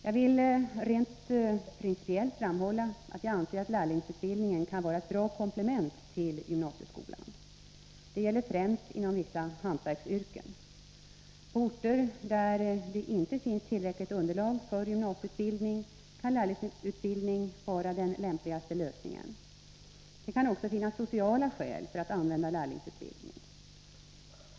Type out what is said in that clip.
Jag vill rent principiellt framhålla att jag anser att lärlingsutbildningen kan vara ett bra komplement till gymnasieskolan. Det gäller främst inom vissa hantverksyrken. På orter där det inte finns tillräckligt underlag för gymnasieutbildning kan lärlingsutbildning vara den lämpligaste lösningen. Det kan också finnas sociala skäl för att använda lärlingsutbildning.